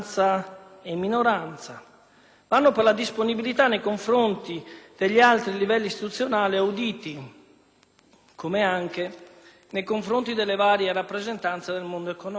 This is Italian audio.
e per la disponibilità nei confronti degli alti livelli istituzionali auditi, come anche nei confronti delle varie rappresentanze del mondo economico.